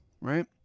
right